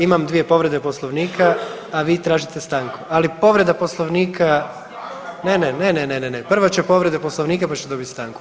Imam dvije povrede Poslovnika, a vi tražite stanku, ali povreda Poslovnika … [[Upadica se ne razumije.]] ne, ne, ne, ne, ne, prvo će povreda Poslovnika pa ćete dobiti stanku.